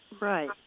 Right